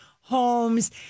homes